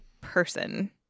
person